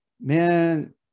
Man